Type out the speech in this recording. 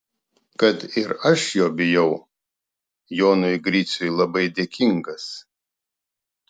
kad ir aš jo bijau jonui griciui labai dėkingas